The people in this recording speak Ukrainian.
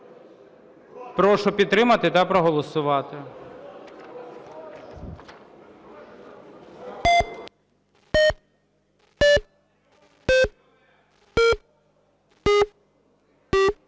Прошу підтримати та проголосувати.